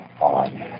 on